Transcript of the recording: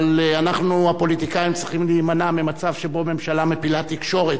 אבל אנחנו הפוליטיקאים צריכים להימנע ממצב שבו ממשלה מפילה תקשורת,